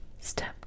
Step